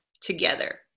together